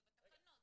זה בתקנות,